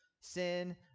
sin